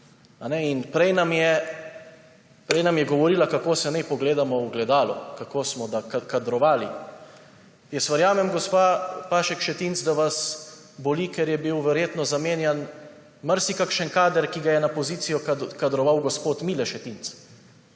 In prej nam je govorila, kako se naj pogledamo v ogledalo, kako smo kadrovali. Jaz verjamem, gospa Pašek Šetinc, da vas boli, ker je bil verjetno zamenjan marsikakšen kader, ki ga je na pozicijo kadroval gospod Mile Šetinc,